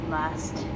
last